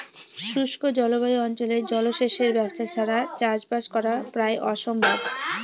শুষ্ক জলবায়ু অঞ্চলে জলসেচের ব্যবস্থা ছাড়া চাষবাস করা প্রায় অসম্ভব